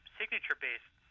signature-based